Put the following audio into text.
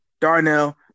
Darnell